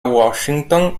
washington